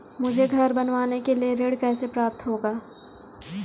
मुझे घर बनवाने के लिए ऋण कैसे प्राप्त होगा?